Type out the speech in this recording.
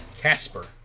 Casper